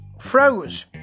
froze